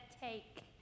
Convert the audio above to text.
Take